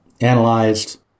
analyzed